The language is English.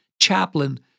chaplain